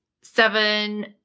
seven